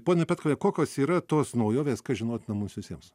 ponia petkuviene kokios yra tos naujovės kas žinotina mums visiems